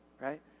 Right